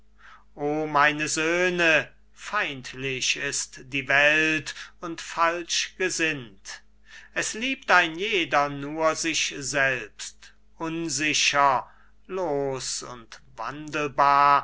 o meine söhne feindlich ist die welt und falsch gesinnt es liebt ein jeder nur sich selbst unsicher los und wandelbar